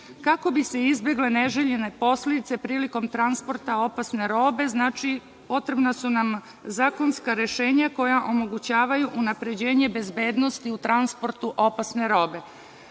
kako bi se izbegle neželjene posledice prilikom transporta opasne robe, znači, potrebna su nam zakonska rešenja koja omogućavaju unapređenje bezbednosti u transportu opasne